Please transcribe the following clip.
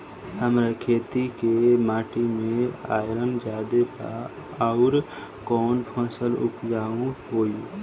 हमरा खेत के माटी मे आयरन जादे बा आउर कौन फसल उपजाऊ होइ?